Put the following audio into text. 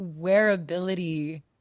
wearability